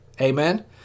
Amen